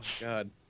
God